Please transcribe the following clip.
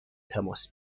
تماس